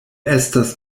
estas